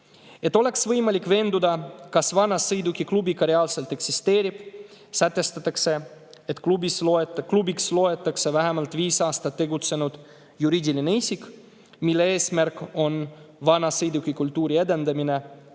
Et oleks võimalik veenduda, kas vanasõidukiklubi ka reaalselt eksisteerib, sätestatakse, et klubiks loetakse vähemalt viis aastat tegutsenud juriidiline isik, mille eesmärk on vanasõidukikultuuri edendamine